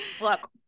look